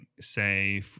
say